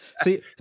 See